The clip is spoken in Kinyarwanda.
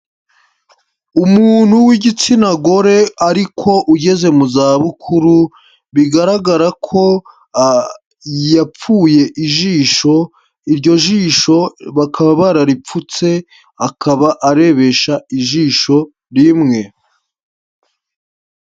Umuntu w'igitsina gore ariko ugeze mu zabukuru, bigaragara ko yapfuye ijisho, iryo jisho bakaba bararipfutse, akaba arebesha ijisho rimwe.